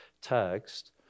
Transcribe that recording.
text